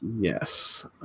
Yes